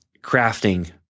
crafting